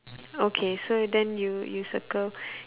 okay so then you you circle